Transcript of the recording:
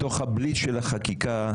בתוך הבליץ של החקיקה,